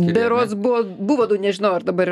berods buvo buvo du nežinau ar dabar